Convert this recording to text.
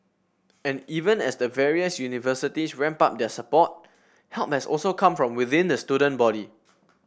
and even as the various universities ramp up their support help has also come from within the student body